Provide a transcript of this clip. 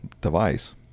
device